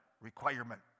requirement